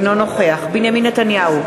אינו נוכח בנימין נתניהו,